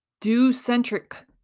do-centric